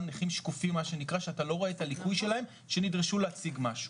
נכים שקופים שאתה לא רואה את הליקוי שלהם שנדרשו להציג משהו.